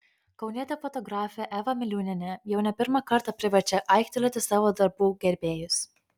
kaunietė fotografė eva miliūnienė jau ne pirmą kartą priverčia aiktelėti savo darbų gerbėjus